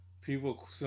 people